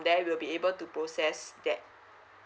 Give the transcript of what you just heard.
there we'll be able to process that